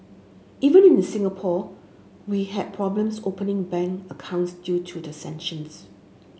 even inner Singapore we had problems opening bank accounts due to the sanctions